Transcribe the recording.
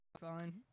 fine